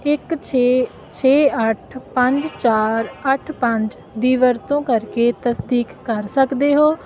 ਇੱਕ ਛੇ ਛੇ ਅੱਠ ਪੰਜ ਚਾਰ ਅੱਠ ਪੰਜ ਦੀ ਵਰਤੋਂ ਕਰਕੇ ਤਸਦੀਕ ਕਰ ਸਕਦੇ ਹੋ